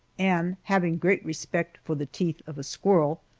and having great respect for the teeth of a squirrel,